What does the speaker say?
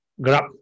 grab